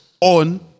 on